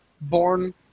born